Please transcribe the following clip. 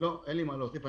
אין לי מה להוסיף.